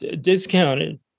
discounted